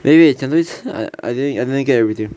wait wait 讲多一次 I didn't get everything